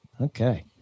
okay